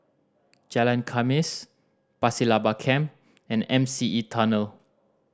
Jalan Khamis Pasir Laba Camp and M C E Tunnel